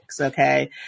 okay